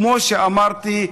כמו שאמרתי,